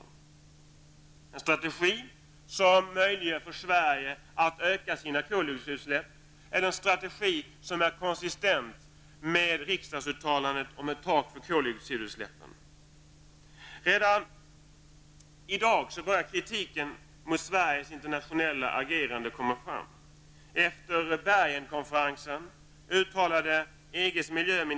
Är det en strategi som möjliggör för Sverige att öka sina koldioxidutsläpp eller är det en strategi som är konsistent med riksdagsuttalandet om ett tak för koldioxidutsläppen? Kritiken mot Sveriges internationella agerande börjar redan i dag att komma fram.